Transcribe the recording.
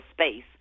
space